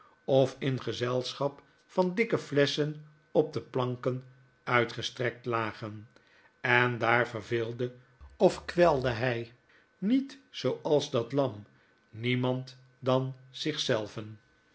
of n gezelschap van dikke flesschen op de plan ken uitgestrekt lagen en daar verveelde of kwelde hy niet zooals dat lam niemand dan